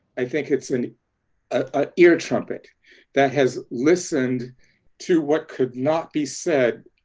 i think it's an ah ear trumpet that has listened to what could not be said,